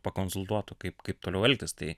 pakonsultuotų kaip kaip toliau elgtis tai